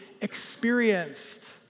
experienced